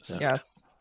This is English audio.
Yes